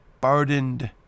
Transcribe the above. burdened